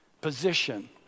position